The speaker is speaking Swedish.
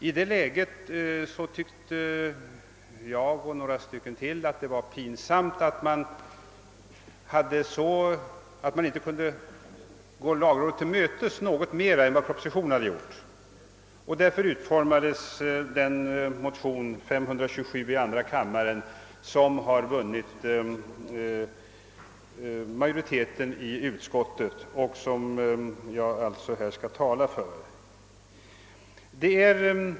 I detta läge tyckte jag och några andra att det var pinsamt att inte kunna gå lagrådet till mötes litet mera än propöositionen gjort. Därför utformades mo tionen II: 527 som vunnit majoritet i utskottet och som jag alltså här skall tala för.